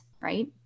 right